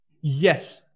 Yes